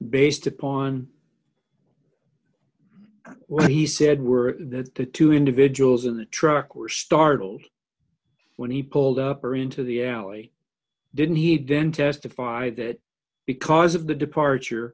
based upon well he said were that the two individuals in the truck were startled when he pulled up or into the alley didn't he didn't testify that because of the departure